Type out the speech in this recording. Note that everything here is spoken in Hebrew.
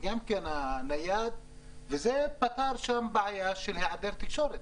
הנייד וזה פתר שם בעיה של היעדר תקשורת.